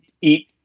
eat